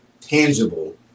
tangible